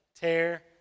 tear